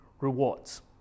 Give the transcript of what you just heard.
rewards